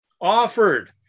offered